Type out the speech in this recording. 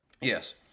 Yes